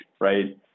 right